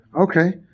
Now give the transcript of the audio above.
okay